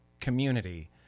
community